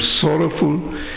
sorrowful